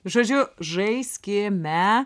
žodžiu žaiskime